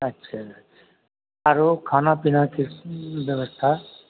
अच्छा आरो खाना पीनाके व्यवस्था